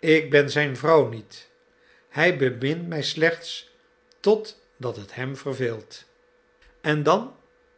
ik ben zijn vrouw niet hij bemint mij slechts totdat het hem verveelt en dan